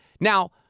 Now